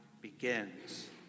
begins